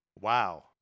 Wow